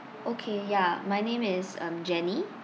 okay ya my name is um jenny